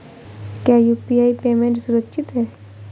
क्या UPI payment सुरक्षित है?